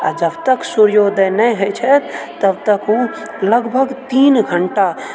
आ जब तक सुर्योदय नहि होइ छथि तब तक ओ लगभग तीन घण्टा